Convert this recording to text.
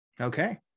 Okay